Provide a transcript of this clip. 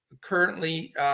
currently